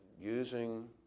using